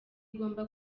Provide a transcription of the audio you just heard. igomba